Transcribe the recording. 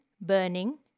burning